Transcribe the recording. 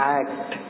act